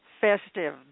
festive